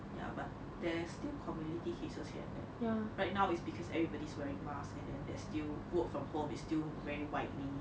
ya but there is still community cases here and there right now is because everybody's wearing masks and then there is still work from home is still very widely